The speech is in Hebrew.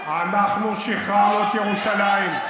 אנחנו שחררנו את ירושלים.